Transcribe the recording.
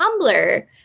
Tumblr